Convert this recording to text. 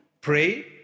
pray